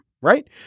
right